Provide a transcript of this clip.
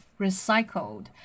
recycled